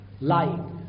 lying